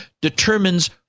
determines